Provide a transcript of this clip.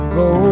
go